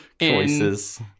Choices